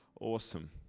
Awesome